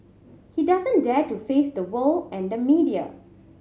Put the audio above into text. he doesn't dare to face the world and the media